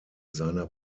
seiner